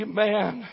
Amen